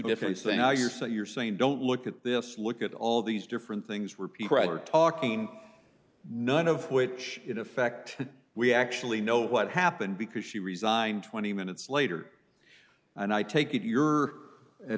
thing now you're so you're saying don't look at this look at all these different things where people are talking none of which in effect we actually know what happened because she resigned twenty minutes later and i take it you're at